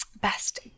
Best